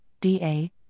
DA